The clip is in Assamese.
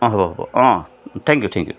অঁ হ'ব হ'ব অঁ থেংক ইউ থেংক ইউ